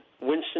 Winston